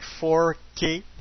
4K